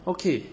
okay